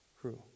crew